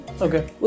Okay